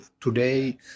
today